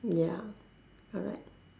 ya correct